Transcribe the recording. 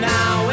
Now